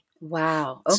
Wow